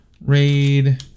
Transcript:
raid